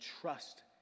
trust